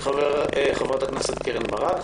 חברת הכנסת קרן ברק,